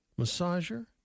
massager